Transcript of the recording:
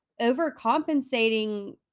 overcompensating